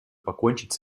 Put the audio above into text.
покончить